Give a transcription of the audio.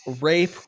rape